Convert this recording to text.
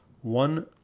one